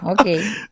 okay